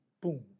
boom